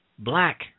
Black